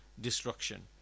destruction